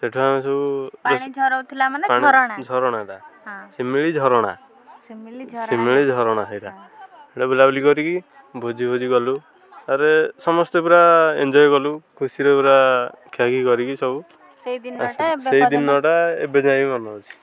ସେଠୁ ଆମେ ସବୁ ପାଣି ଝରାଉଥିଲା ମାନେ ଝରଣା ଝରଣା ସିମିଳି ଝରଣା ସେଇଟା ସିଆଡ଼େ ବୁଲାବୁଲି କରିକି ଭୋଜିଫୋଜି କଲୁ ତାପରେ ସମସ୍ତେ ପୁରା ଏଞ୍ଜୟ କଲୁ ଖୁସିରେ ପୁରା ଖିଅଖିଇ କରିକି ସବୁ ସେ ଦିନଟା ଏବେ ଯାଏ ବି ମାନେ ଅଛି